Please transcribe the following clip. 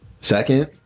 Second